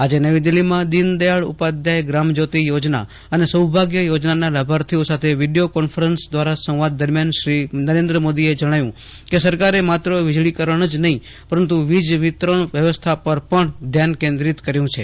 આજે નવી દિલ્હીમાં દીનદયાળ ઉપાધ્યાય ગ્રામ જ્યોતિ યોજના અને સૌભાગ્ય યોજનાના લાભાર્થી ઓ સાથે વીડિયો કોન્ફરન્સ દ્વારા સંવાદ દરમિયાન શ્રી નરેન્દ્ર મોદીએ જણાવ્યું કે સરકારે માત્ર વીજળીકરણ જ નહીં પરંતુ વીજ વિતરણ વ્યવસ્થા પર ધ્યાન કેન્દ્રિત કર્યું છે